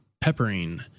peppering